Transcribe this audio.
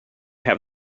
have